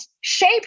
shape